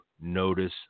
notice